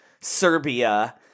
Serbia